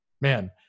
man